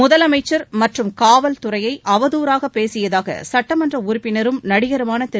முதலமைச்சர் மற்றும் காவல்துறைய அவதூறாகபேசியதாகசட்டமன்றஉறுப்பினரும் நடிகருமானதிரு